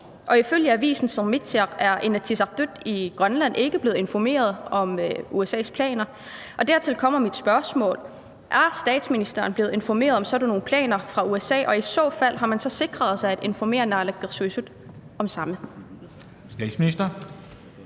og ifølge avisen Sermitsiaq er Inatsisartut i Grønland ikke blevet informeret om USA's planer. Og dertil kommer mit spørgsmål: Er statsministeren blevet informeret om sådan nogle planer fra USA's side, og i så fald, har man så sikret sig at informere naalakkersuisut om samme?